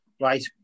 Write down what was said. right